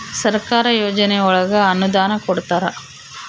ಸರ್ಕಾರ ಯೋಜನೆ ಒಳಗ ಅನುದಾನ ಕೊಡ್ತಾರ